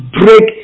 break